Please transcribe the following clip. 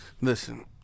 Listen